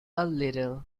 replied